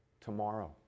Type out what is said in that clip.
tomorrow